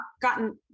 gotten